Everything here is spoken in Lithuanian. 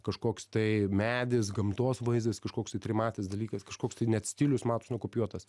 kažkoks tai medis gamtos vaizdas kažkoks trimatis dalykas kažkoks tai net stilius matos nukopijuotas